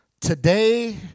today